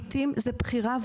לעיתים זו בחירה.